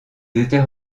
étaient